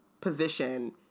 position